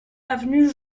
avenue